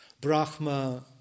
Brahma